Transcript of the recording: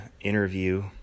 interview